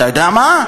אתה יודע מה,